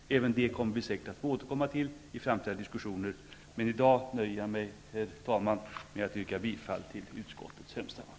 Vi kommer säkert att få återkomma även till det i framtida diskussioner. Herr talman! I dag nöjer jag mig med att yrka bifall till utskottets hemställan.